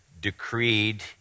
decreed